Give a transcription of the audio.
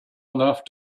enough